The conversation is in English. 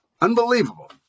Unbelievable